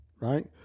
right